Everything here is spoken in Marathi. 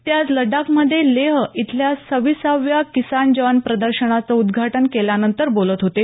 ते आज लड्डाखमध्ये लेह इथं सव्वीसाव्या किसान जवान प्रदर्शनाचं उद्घाटन केल्यानंतर बोलत होते